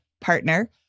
partner